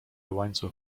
łańcuch